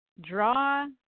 draw